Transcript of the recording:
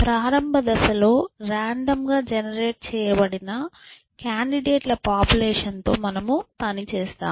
ప్రారంభ దశలో రాండమ్ గా జెనెరేట్ చేయబడిన కాండిడేట్ ల పాపులేషన్ తో మనము పని చేస్తాము